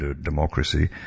democracy